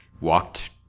walked